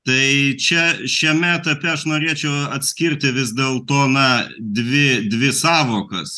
tai čia šiame etape aš norėčiau atskirti vis dėl to na dvi dvi sąvokas